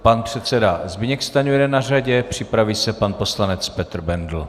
Pan předseda Zbyněk Stanjura je na řadě, připraví se pan poslanec Petr Bendl.